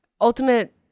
ultimate